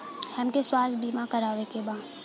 हमके स्वास्थ्य बीमा करावे के बा?